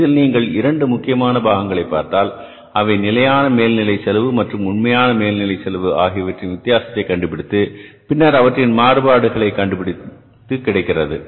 இதில் நீங்கள் இரண்டு முக்கியமான பாகங்களை பார்த்தால் அவை நிலையான மேல்நிலை செலவு மற்றும் உண்மையான மேல் நிலை செலவு ஆகியவற்றின் வித்தியாசத்தை கண்டுபிடித்து பின்னர் அவற்றின் மாறுபாடுகளை கண்டுபிடித்து கிடைக்கிறது